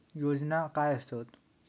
योजना काय आसत?